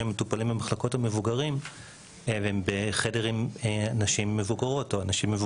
שמטופלים במחלקות המבוגרים וחולקים את החדר עם אנשים מבוגרים.